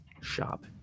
Shop